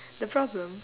the problem